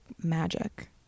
magic